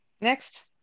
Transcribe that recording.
Next